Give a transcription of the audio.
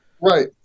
right